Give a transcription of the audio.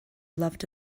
loved